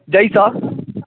जाहिसँ